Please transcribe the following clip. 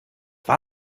war